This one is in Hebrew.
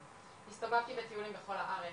הקריירה שלו ואת המשפחה שלו אם הוא ירצה,